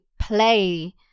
play